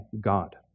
God